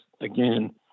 again